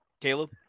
Caleb